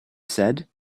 said